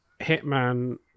hitman